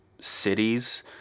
cities